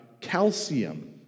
calcium